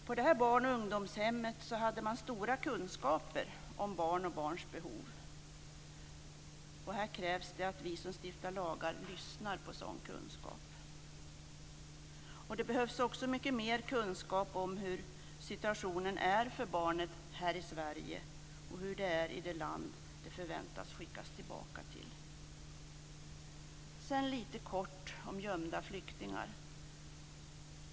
På det här barn och ungdomshemmet hade man stora kunskaper om barn och barns behov. Det krävs att vi som stiftar lagar lyssnar på sådan kunskap. Det behövs också mycket mer kunskap om hur situationen är för barnet här i Sverige och hur det är i det land som det förväntas bli tillbakasänt till. Så lite kort om gömda flyktingar.